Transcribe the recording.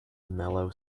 mellow